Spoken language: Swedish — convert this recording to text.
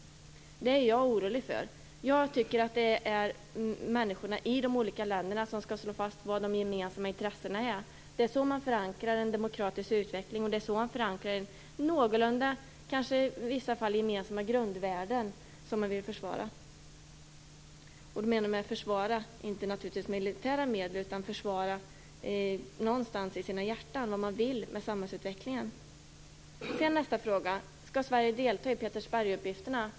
Detta är jag orolig för. Jag tycker att det är människorna i de olika länderna som skall slå fast vilka de gemensamma intressena är. Det är så man förankrar en demokratisk utveckling och det är så man förankrar grundvärden som i några fall kanske är någorlunda gemensamma och som man vill försvara. Jag menar då naturligtvis inte att man skall försvara dem med militära medel, utan att man någonstans i sina hjärtan skall försvara det man vill med samhällsutvecklingen. Nästa fråga handlade om ifall Sverige skall delta i Petersbergsuppgifterna.